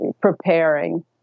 preparing